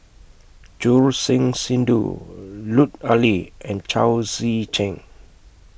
Choor Singh Sidhu Lut Ali and Chao Tzee Cheng